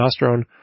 testosterone